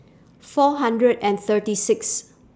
four hundred and thirty six